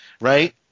right